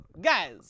guys